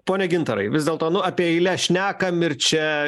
pone gintarai vis dėlto nu apie eiles šnekam ir čia